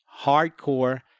hardcore